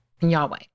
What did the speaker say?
Yahweh